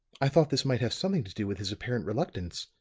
i thought this might have something to do with his apparent reluctance.